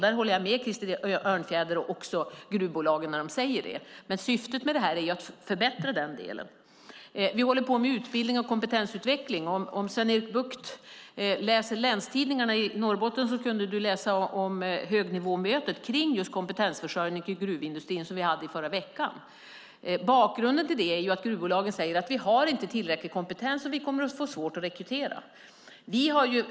Jag håller med Krister Örnfjäder och gruvbolagen. Syftet är att förbättra den delen. Vi håller på med utbildning och kompetensutveckling. Om Sven-Erik Bucht läser länstidningarna i Norrbotten kan han där läsa om högnivåmötet om kompetensförsörjning till gruvindustrin i förra veckan. Bakgrunden är att gruvbolagen säger att de inte har tillräcklig kompetens och att de kommer att få svårt att rekrytera.